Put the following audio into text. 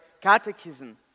Catechism